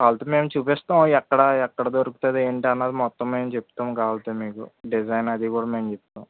కావల్సిస్తే మేము చూపిస్తాం ఎక్కడ ఎక్కడ దొరుకుతుంది ఏంటి అన్నది మొత్తం మేము చెప్తాం కావల్సిస్తే మీకు డిజైన్ అది కూడా మేము చెప్తాం